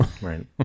Right